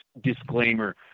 disclaimer